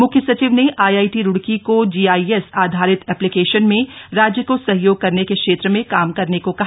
मुख्यस सचिव ने आईआईटी रुड़की को जीआईएस आधारित एप्लीकेशन में राज्य को सहयोग करने के क्षेत्र में काम करने को कहा